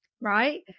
right